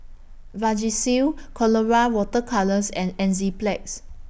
Vagisil Colora Water Colours and Enzyplex